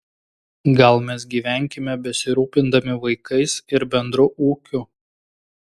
gal mes gyvenkime besirūpindami vaikais ir bendru ūkiu